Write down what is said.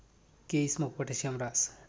केयीसमा पोटॅशियम राहस